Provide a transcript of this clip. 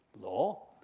law